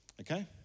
Okay